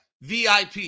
VIP